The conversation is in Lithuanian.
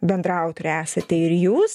bendraautorė esate ir jūs